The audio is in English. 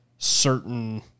certain